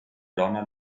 donna